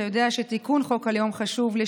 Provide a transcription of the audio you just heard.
אתה יודע שתיקון חוק הלאום חשוב לי,